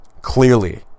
clearly